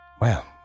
Well